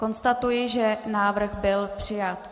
Konstatuji, že návrh byl přijat.